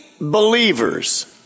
believers